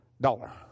dollar